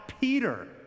Peter